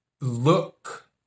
look